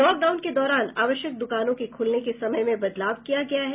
lockdown के दौरान आवश्यक द्वकानों के खूलने के समय में बदलाव किया गया है